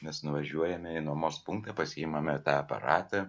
mes nuvažiuojame į nuomos punktą pasiimame tą aparatą